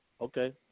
Okay